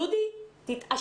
דודי שוקף, תתעשתו.